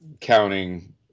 counting